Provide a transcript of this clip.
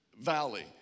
Valley